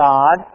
God